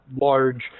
large